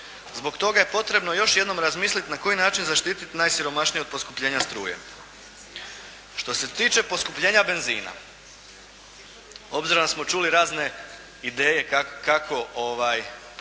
Zbog toga je potrebno još jednom razmisliti na koji način zaštiti najsiromašnije od poskupljenja struje? Što se tiče poskupljenja benzina obzirom da smo čuli razne ideje kako, da